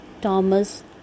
Thomas